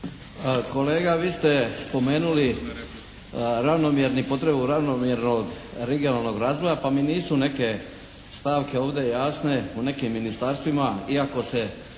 Kolega, vi ste spomenuli ravnomjerni, potrebu ravnomjernog regionalnog razvoja pa mi nisu neke stavke ovdje jasne u nekim ministarstvima iako se